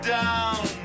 down